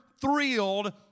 thrilled